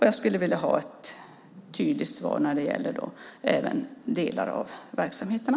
Jag skulle även vilja ha ett tydligt svar när det gäller delar av verksamheterna.